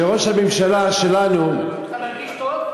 שראש הממשלה שלנו, אתה מרגיש טוב?